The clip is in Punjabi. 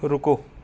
ਰੁਕੋ